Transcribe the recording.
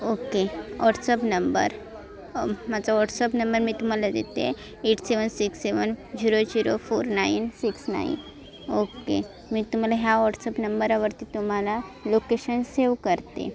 okay WhatsApp number माझा WhatsApp number मी तुम्हाला देते eight seven six seven zero zero four nine six nine okay मी तुम्हाला ह्या वॉट्सअप नंबरवरती तुम्हाला लोकेशन सेव करते